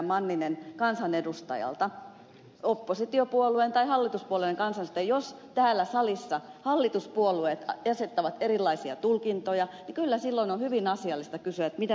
manninen jos täällä salissa hallituspuolueet asettavat erilaisia tulkintoja silloin on hyvin asiallista kysyä kansanedustajalta oppositiopuolueen tai hallituspuolueen kansanedustajalta mitä tämä tarkoittaa